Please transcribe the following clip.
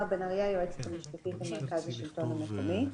אני היועצת המשפטית למרכז השלטון המקומי.